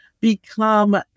become